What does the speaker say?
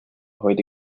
heute